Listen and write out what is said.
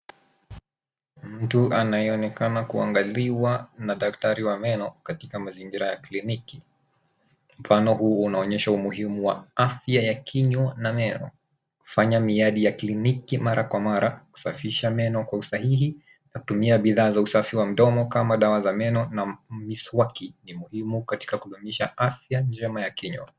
Mtu anayeonekana kuangaliwa na daktari wa meno katika mazingira ya kliniki. Mfano huu unaonyesha umuhimu wa afya ya kinywa na meno. Kufanya miadi ya kliniki mara kwa mara, kusafisha meno kwa usahihi na kutumia bidhaa za usafi wa mdomo kama dawa za meno na miswaki, ni muhimu katika kudumisha afya njema ya kinywa.